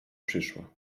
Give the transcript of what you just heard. przyszła